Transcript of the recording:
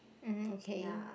um okay